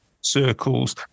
circles